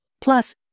plus